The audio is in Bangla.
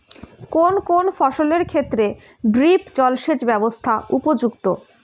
কোন কোন ফসলের ক্ষেত্রে ড্রিপ জলসেচ ব্যবস্থা উপযুক্ত?